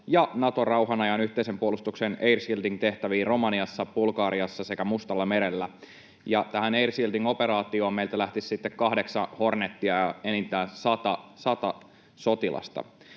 ja Naton rauhanajan yhteisen puolustuksen air shielding ‑tehtäviin Romaniassa, Bulgariassa sekä Mustallamerellä. Tähän air shielding ‑operaatioon meiltä lähtisi sitten kahdeksan Hornetia ja enintään sata sotilasta.